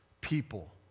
people